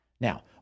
Now